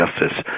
Justice